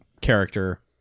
character